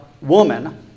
woman